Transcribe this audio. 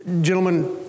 Gentlemen